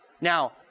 now